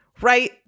right